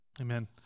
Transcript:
Amen